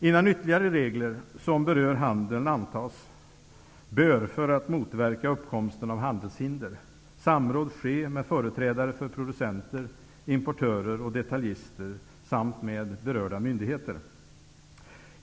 Innan ytterligare regler, som berör handeln, antas bör -- för att motverka uppkomsten av handelshinder -- samråd ske med företrädare för producenter, importörer och detaljister samt berörda myndigheter.